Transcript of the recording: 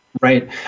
Right